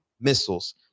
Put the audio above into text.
missiles